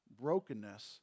brokenness